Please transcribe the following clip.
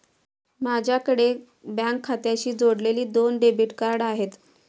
माझ्याकडे बँक खात्याशी जोडलेली दोन डेबिट कार्ड आहेत